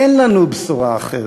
אין לנו בשורה אחרת,